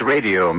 Radio